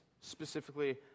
specifically